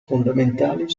fondamentali